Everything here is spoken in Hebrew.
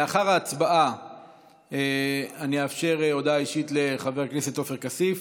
לאחר ההצבעה אני אאפשר הודעה אישית לחבר הכנסת עופר כסיף.